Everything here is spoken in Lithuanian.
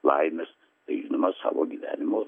laimės žinoma savo gyvenimo